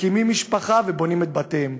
מקימים משפחה ובונים את בתיהם.